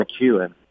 McEwen